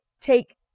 take